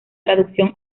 traducción